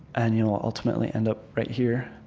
and you'll ultimately end up right here,